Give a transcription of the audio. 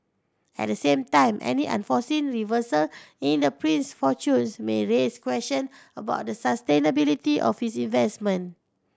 at the same time any unforeseen reversal in the prince fortunes may raise question about the sustainability of his investment